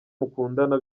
mukundana